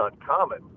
uncommon